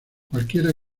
cualquiera